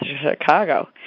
Chicago